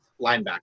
linebacker